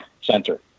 center